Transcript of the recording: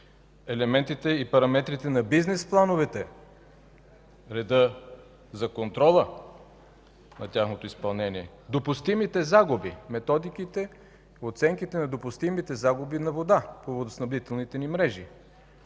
елементите и параметрите на бизнес плановете, реда за контрола на тяхното изпълнение, допустимите загуби, методиките, оценките на допустимите загуби на вода по водоснабдителните ни мрежи.